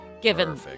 given